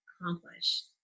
accomplished